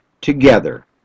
together